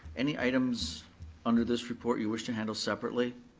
any items under this report you wish to handle separately?